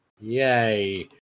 Yay